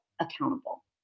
accountable